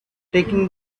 taking